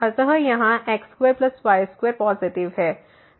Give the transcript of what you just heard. अत यहाँ x2y2 positive है